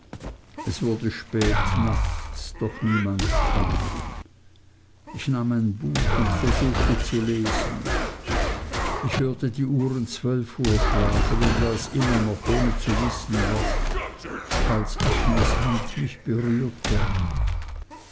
es wurde spät nachts doch niemand kam ich nahm ein buch und versuchte zu lesen ich hörte die uhren zwölf uhr schlagen und las immer noch ohne zu wissen was als agnes hand mich berührte